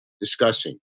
discussing